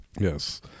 Yes